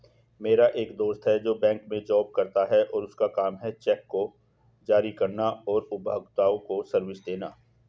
मेरा एक दोस्त है जो बैंक में जॉब करता है और उसका काम है चेक को जारी करना और उपभोक्ताओं को सर्विसेज देना